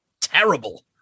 Terrible